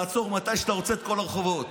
לעצור מתי שאתה רוצה את כל הרחובות.